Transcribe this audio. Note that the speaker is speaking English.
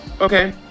Okay